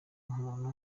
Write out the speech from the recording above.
umuntu